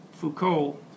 Foucault